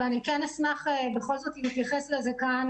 אבל כן אשמח בכל זאת להתייחס לזה כאן,